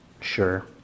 Sure